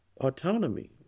autonomy